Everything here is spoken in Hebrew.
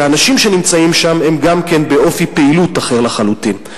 והאנשים שנמצאים שם הם גם באופי פעילות אחר לחלוטין.